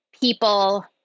people